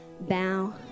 bow